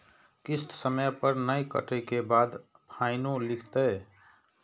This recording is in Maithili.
किस्त समय पर नय कटै के बाद फाइनो लिखते?